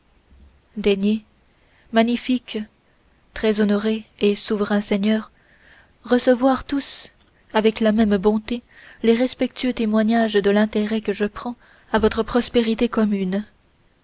daignez magnifiques très honorés et souverains seigneurs recevoir tous avec la même bonté les respectueux témoignages de l'intérêt que je prends à votre prospérité commune